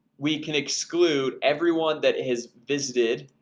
we can exclude everyone that has visited